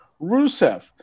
Rusev